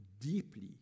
deeply